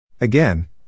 Again